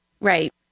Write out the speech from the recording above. right